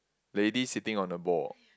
ladies sitting on the ball